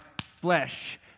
flesh